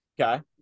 Okay